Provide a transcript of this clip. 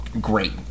great